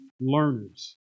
learners